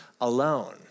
alone